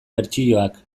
bertsioak